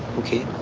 okay.